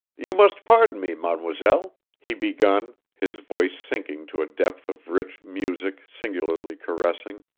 you must pardon me, mademoiselle, he begun, his voice sinking to a depth of rich music singularly caressing.